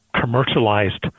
commercialized